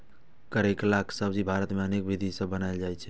करैलाक सब्जी भारत मे अनेक विधि सं बनाएल जाइ छै